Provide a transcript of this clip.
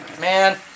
Man